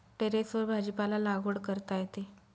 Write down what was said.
टेरेसवर भाजीपाला लागवड करता येते